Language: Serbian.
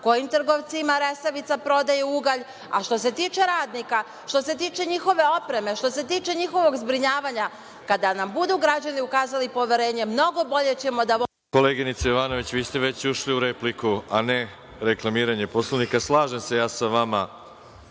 kojim trgovcima Resavica prodaje ugalj? A što se tiče radnika, što se tiče njihove opreme, što se tiče njihovog zbrinjavanja, kada nam budu građani ukazali poverenje, mnogo bolje ćemo da vodimo…(isključen mikrofon) **Veroljub Arsić** Koleginice Jovanović, vi ste već ušli u repliku, a ne reklamiranje Poslovnika. Slažem se ja sa vama,